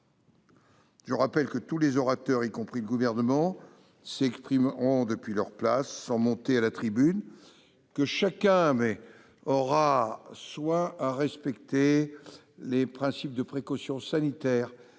Je rappelle que tous les orateurs, y compris les membres du Gouvernement, s'exprimeront depuis leur place, sans monter à la tribune, et devront respecter les principes de précaution sanitaire